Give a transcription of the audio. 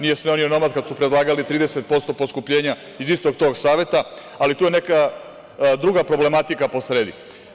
Nije smeo ni onomad, kada su predlagali 30% poskupljenja iz istog tog saveza, ali tu je neka druga problematika po sredi.